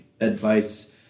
advice